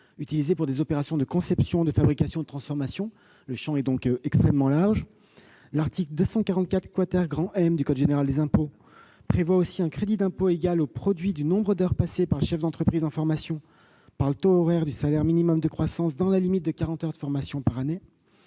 utilisés pour des opérations de conception, de fabrication, de transformation. Le champ est donc extrêmement large. L'article 244 M du code général des impôts prévoit aussi un crédit d'impôt égal au produit du nombre d'heures passées par le chef d'entreprise en formation par le taux horaire du salaire minimum de croissance, dans la limite de 40 heures de formation par année,